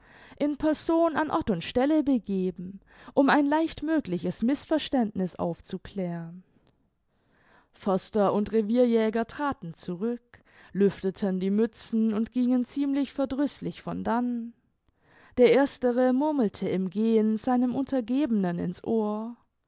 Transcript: in person an ort und stelle begeben um ein leichtmögliches mißverständniß aufzuklären förster und revierjäger traten zurück lüfteten die mützen und gingen ziemlich verdrüßlich von dannen der erstere murmelte im gehen seinem untergebenen in's ohr